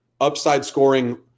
upside-scoring